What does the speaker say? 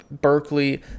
berkeley